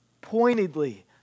pointedly